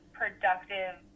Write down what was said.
productive